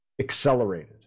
accelerated